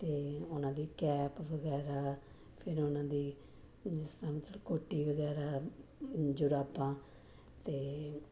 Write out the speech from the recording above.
ਅਤੇ ਉਹਨਾਂ ਦੀ ਕੈਪ ਵਗੈਰਾ ਫਿਰ ਉਹਨਾਂ ਦੀ ਜਿਸ ਤਰ੍ਹਾਂ ਮਤਲਬ ਕੋਟੀ ਵਗੈਰਾ ਜੁਰਾਬਾਂ ਅਤੇ